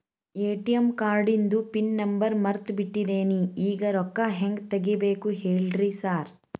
ATM ಕಾರ್ಡಿಂದು pin number ಮರ್ತ್ ಬಿಟ್ಟಿದೇನಿ ಈಗ ರೊಕ್ಕಾ ಹೆಂಗ್ ತೆಗೆಬೇಕು ಹೇಳ್ರಿ ಸಾರ್